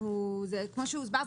כמו שהוסבר,